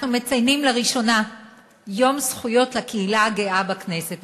אנחנו מציינים לראשונה יום זכויות לקהילה הגאה בכנסת.